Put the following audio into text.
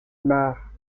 mare